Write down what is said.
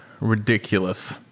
ridiculous